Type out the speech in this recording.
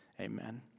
amen